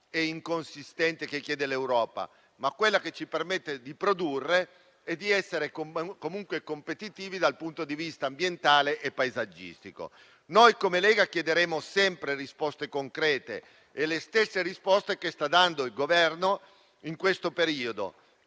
e inconsistente che chiede l'Europa, ma quella che ci permette di produrre e di essere comunque competitivi dal punto di vista ambientale e paesaggistico. Noi, come Lega, chiederemo sempre risposte concrete, le stesse che sta dando il Governo in questo periodo,